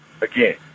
Again